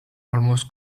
almost